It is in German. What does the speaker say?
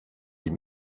ihm